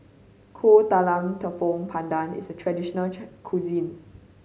Kuih Talam Tepong Pandan is a traditional cuisine